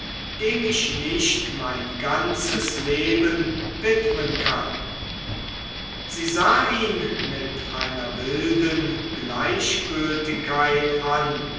dem ich nicht mein ganzes leben widmen kann sie sah ihn mit einer wilden gleichgültigkeit an